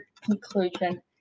conclusion